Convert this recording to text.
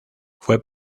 fue